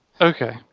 Okay